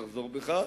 תחזור בך,